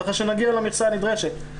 ככה שנגיע למכסה הנדרשת,